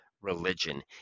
religion